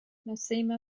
massimo